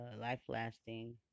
life-lasting